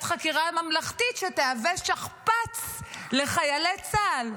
חקירה ממלכתית שתהווה שכפ"ץ לחיילי צה"ל,